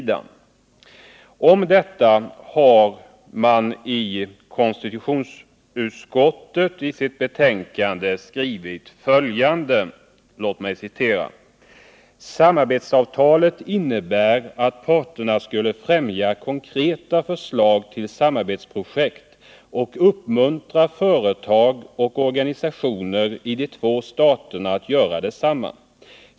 Härom har konstitutionsutskottet skrivit följande: ”Samarbetsavtalet innebar att parterna skulle främja konkreta förslag till samarbetsprojekt-och uppmuntra företag och organisationer i de två staterna att göra detsamma.